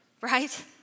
Right